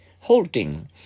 halting